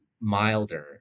milder